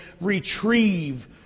retrieve